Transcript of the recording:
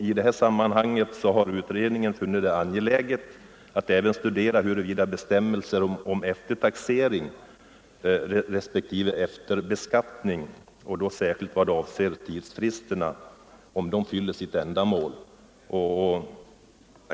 I det här sammanhanget har utredningen funnit det angeläget att även studera huruvida bestämmelser om eftertaxering respektive efterbeskattning särskilt vad avser tidsfristerna fyller sitt ändamål.